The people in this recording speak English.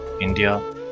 India